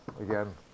again